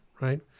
right